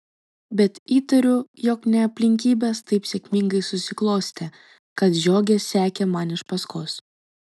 bet įtariu jog ne aplinkybės taip sėkmingai susiklostė kad žiogė sekė man iš paskos